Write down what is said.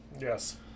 Yes